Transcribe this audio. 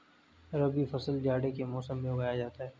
रबी फसल जाड़े के मौसम में उगाया जाता है